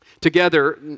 Together